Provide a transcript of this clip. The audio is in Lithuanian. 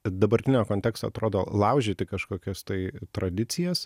dabartinio konteksto atrodo laužyti kažkokias tai tradicijas